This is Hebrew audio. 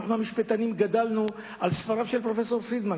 אנחנו המשפטנים גדלנו על ספריו של פרופסור פרידמן,